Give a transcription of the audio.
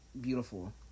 beautiful